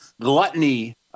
Gluttony